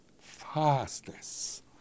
fastest